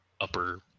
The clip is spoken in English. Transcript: upper